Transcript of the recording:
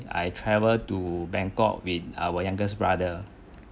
I travel to bangkok with our youngest brother